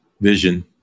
vision